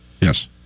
Yes